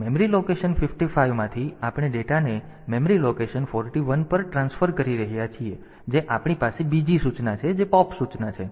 તેથી memory location 55 માંથી આપણે ડેટાને મેમરી લોકેશન 41 પર ટ્રાન્સફર કરી રહ્યા છીએ જે આપણી પાસે બીજી સૂચના છે જે પોપ સૂચના છે